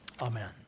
Amen